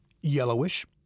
yellowish